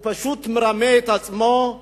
הוא פשוט מרמה את עצמו,